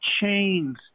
chains